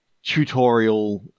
tutorial